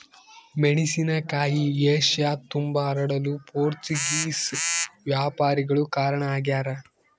ಮೆಣಸಿನಕಾಯಿ ಏಷ್ಯತುಂಬಾ ಹರಡಲು ಪೋರ್ಚುಗೀಸ್ ವ್ಯಾಪಾರಿಗಳು ಕಾರಣ ಆಗ್ಯಾರ